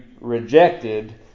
rejected